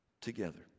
together